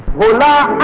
bhola.